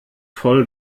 voll